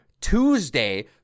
Tuesday